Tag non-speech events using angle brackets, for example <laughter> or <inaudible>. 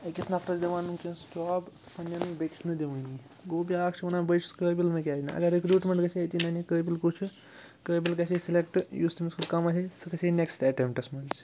أکِس نفرَس دِوان ؤنکیٚس جاب <unintelligible> بیٚکِس نہٕ دِوٲنی گوٚو بیٛاکھ چھِ وَنان بٔے چھُس قٲبل مےٚ کیٛازِ نہٕ اَگَر رِکریوٗٹمیٚنٛٹ گژھہِ ہے أتی ننہٕ ہا قٲبل کُس چھُ قٲبِل گژھہِ ہے سِلیٚکٹہٕ یُس تٔمِس کھۄتہِ کَم آسہِ ہے سُہ گژھہِ ہے نیٚکٕسٹہٕ اَٹیٚمپٹَس منٛز